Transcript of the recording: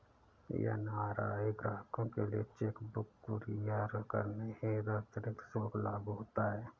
NRI ग्राहकों के लिए चेक बुक कुरियर करने हेतु अतिरिक्त शुल्क लागू होता है